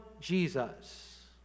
Jesus